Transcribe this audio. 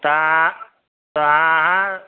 तऽ अहाँ तऽ अहाँ